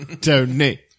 Tony